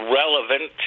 relevant